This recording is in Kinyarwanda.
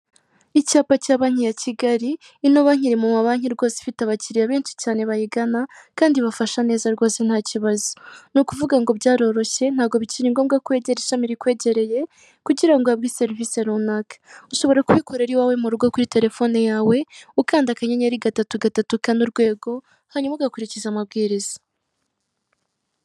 Icyapa cya banki ya kigali, ino banki iri muma banki rwose afite abantu benshi bayigana kandi ibafasha neza rwose ntakibazo, n'ukuvungo byaroroshye ntabwo bikiri ngombwa ko wegera ishami rikwegereye kugirango uhabwe serivise runaka, ushobora kubikorera i wawe murugo kuri terefone yawe ukanda akanyenyeri gatatu gatatu kane urwego hanyuma uhagakurikiza amabwiriza.